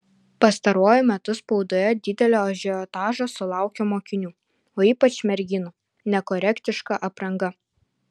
pastaruoju metu spaudoje didelio ažiotažo sulaukia mokinių o ypač merginų nekorektiška apranga